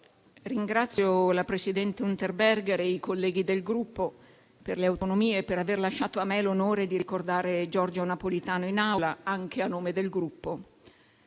ringrazio la presidente Unterberger e i colleghi del Gruppo Per le Autonomie per aver lasciato a me l'onore di ricordare Giorgio Napolitano in Aula, anche a nome del Gruppo.